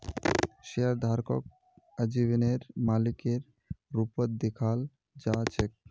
शेयरधारकक आजीवनेर मालिकेर रूपत दखाल जा छेक